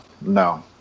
no